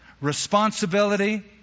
responsibility